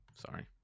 Sorry